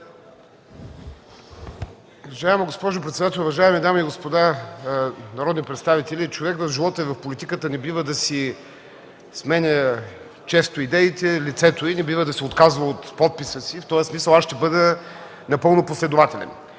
Уважаема госпожо председател, уважаеми дами и господа народни представители! Човек в живота и в политиката не бива да си сменя често идеите, лицето и не бива да се отказва от подписа си. В този смисъл аз ще бъда напълно последователен.